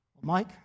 Mike